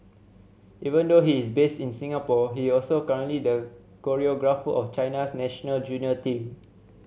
even though he is based in Singapore he also currently the choreographer of China's national junior team